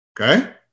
Okay